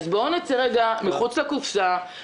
אז בואו נצא רגע מחוץ לקופסא,